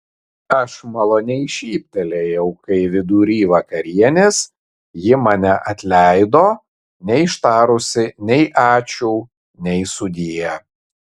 aš maloniai šyptelėjau kai vidury vakarienės ji mane atleido neištarusi nei ačiū nei sudie